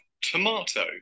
tomato